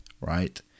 right